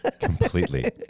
Completely